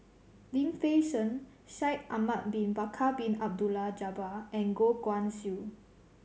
Lim Fei Shen Shaikh Ahmad Bin Bakar Bin Abdullah Jabbar and Goh Guan Siew